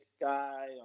guy